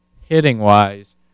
hitting-wise